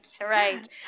right